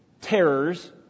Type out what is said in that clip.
terrors